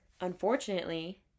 Unfortunately